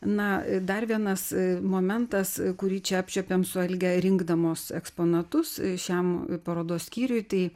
na dar vienas momentas kurį čia apčiuopėm su alge rinkdamos eksponatus šiam parodos skyriui tai